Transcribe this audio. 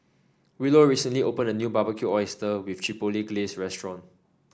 Willow recently opened a new Barbecued Oyster with Chipotle Glaze restaurant